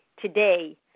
today